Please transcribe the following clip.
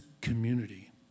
community